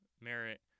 merit